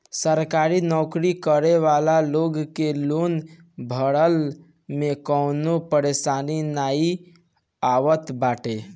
सरकारी नोकरी करे वाला लोग के लोन भरला में कवनो परेशानी नाइ आवत बाटे